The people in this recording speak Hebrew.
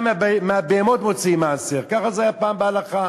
גם מהבהמות מוציאים מעשר, ככה זה היה פעם בהלכה.